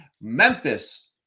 Memphis